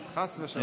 חס ושלום.